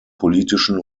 politischen